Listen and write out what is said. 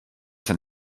than